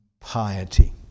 piety